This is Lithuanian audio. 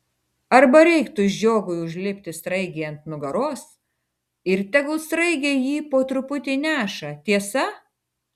arba reiktų žiogui užlipti sraigei ant nugaros ir tegul sraigė jį po truputį neša tiesa